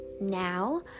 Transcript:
now